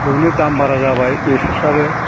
बेयावनो दाम बारा जाबाय बेसरफ्राबो